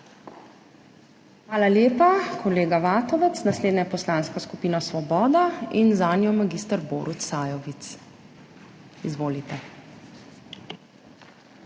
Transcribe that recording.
Hvala lepa, kolega Vatovec. Naslednja Poslanska skupina Svoboda in zanjo mag. Borut Sajovic. Izvolite.